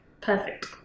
perfect